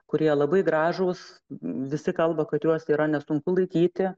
kurie labai gražūs visi kalba kad juos yra nesunku laikyti